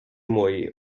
мої